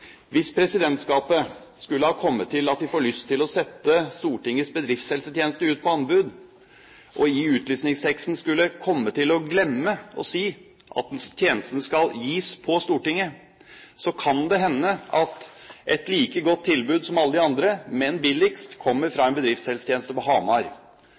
Hvis presidentskapet skulle ha kommet til at de får lyst til å sette Stortingets bedriftshelsetjeneste ut på anbud, og i utlysningsteksten skulle komme til å glemme å si at tjenesten skal gis på Stortinget, kan det hende at et like godt tilbud som alle de andre, men billigst, kommer fra en bedriftshelsetjeneste på Hamar.